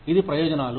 ఇది ప్రయోజనాలు